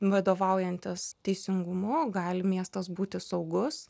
vadovaujantis teisingumu gali miestas būti saugus